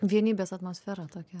vienybės atmosfera tokia